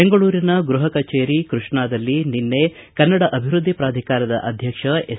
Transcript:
ಬೆಂಗಳೂರಿನ ಗೃಹ ಕಚೇರಿ ಕೃಷ್ಣಾದಲ್ಲಿ ನಿನ್ನೆ ಕನ್ನಡ ಅಭಿವೃದ್ಧಿ ಪ್ರಾಧಿಕಾರದ ಅಧ್ಯಕ್ಷ ಎಸ್